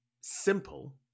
simple